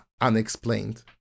unexplained